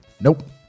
nope